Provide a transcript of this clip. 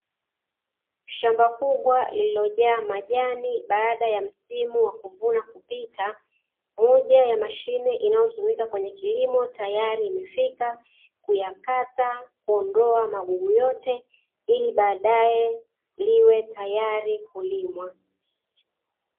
Shamba kubwa lililojaa majani baada ya msimu wa kuvuna kupita, moja ya mashine inayotumika kwenye kilimo tayari imefika kuyakata, kuondoa magugu yote ili baadae liwe tayari kulimwa.